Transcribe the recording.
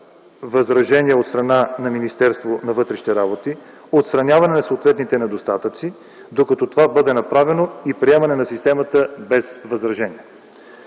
възражения от страна на Министерството на вътрешните работи, отстраняване на съответните недостатъци, докато това не бъде направено и приемане на системата без възражения.